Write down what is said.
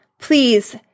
please